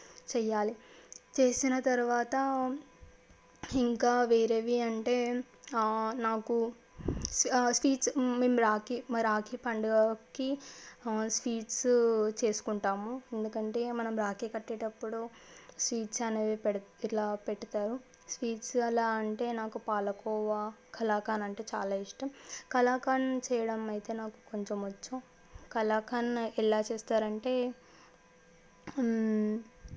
చేయాలి చేసిన తరువాత ఇంకా వేరేవి అంటే నాకు స్వీట్స్ మేము రాఖీ మా రాఖీ పండుగకి స్వీట్స్ చేసుకుంటాము ఎందుకంటే మనం రాఖీ కట్టేటప్పుడు స్వీట్స్ అనేవి పెడతాను ఇట్లా పెడతారు స్వీట్స్ అలా అంటే నాకు పాలకోవా కలాకాండ్ అంటే చాలా ఇష్టం కలాకాండ్ చేయడం అయితే నాకు నాకు కొంచెం వచ్చు కలాకాండ్ ఎలా చేస్తారు అంటే